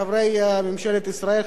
חברי ממשלת ישראל,